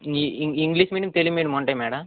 ఇ English medium Telugu medium ఉంటాయా madam